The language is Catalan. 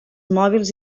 mòbils